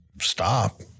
stop